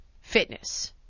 fitness